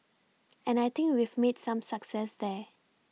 and I think we've made some success there